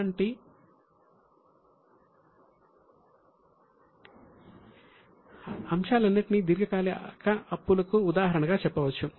అలాంటి అంశాలన్నింటినీ దీర్ఘకాలిక అప్పులకు ఉదాహరణగా చెప్పవచ్చు